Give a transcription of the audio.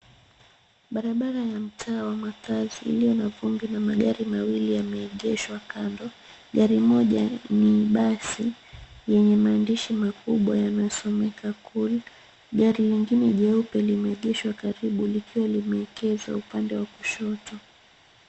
Barabara ya mtaa wa makazi iliyo na vumbi na magari mawili yameegeshwa kando. Gari moja ni basi yenye maandishi makubwa yanasomeka [cp] cool [cp] , gari lingine jeupe limeegeshwa karibu likiwa limeekezwa upande wa kushoto.